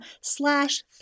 slash